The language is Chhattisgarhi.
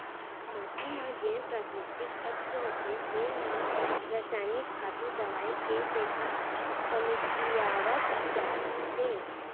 माटी म जेन प्राकृतिक तत्व होथे तेन ह रसायनिक खातू, दवई के सेती कमतियावत जात हे